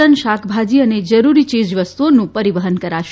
ton શાકભાજી અને જરૂરી ચીજવસ્તુઓનું પરીવહન કરાશે